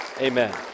Amen